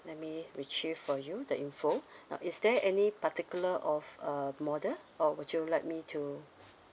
let me retrieve for you the info now is there any particular of uh model or would you like me to